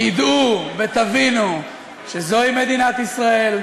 תדעו ותבינו שזוהי מדינת ישראל,